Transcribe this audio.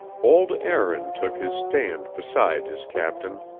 old aaron took his stand beside his captain.